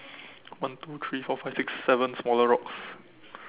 one two three four five six seven smaller rock